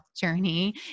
journey